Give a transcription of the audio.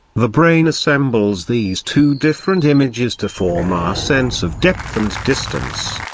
the brain assembles these two different images to form our sense of depth and distance.